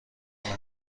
این